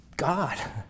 God